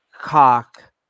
cock